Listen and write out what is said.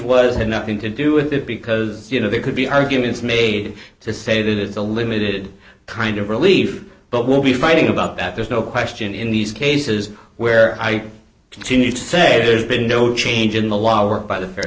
was had nothing to do with it because you know there could be arguments made to say that it's a limited kind of relief but we'll be fighting about that there's no question in these cases where i continue to say there's been no change in the law or by the